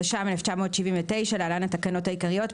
התש"ם 1979 (להלן התקנות העיקריות),